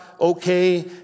okay